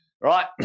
right